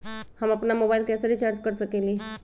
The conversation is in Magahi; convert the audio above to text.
हम अपन मोबाइल कैसे रिचार्ज कर सकेली?